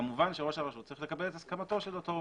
כמובן שראש הרשות צריך לקבל את הסכמתו של אותו עובד.